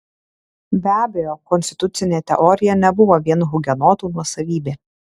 be abejo konstitucinė teorija nebuvo vien hugenotų nuosavybė